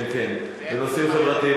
כן, כן, "בנושאים חברתיים".